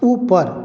उपर